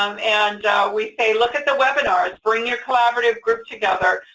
um and we say, look at the webinars. bring your collaborative group together.